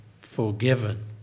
forgiven